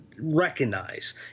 recognize